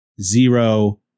Zero